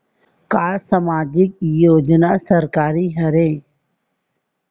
का सामाजिक योजना सरकारी हरे?